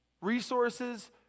resources